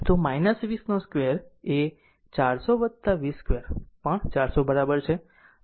તો 20 2 એ 400 20 2 પણ 400 બરાબર છે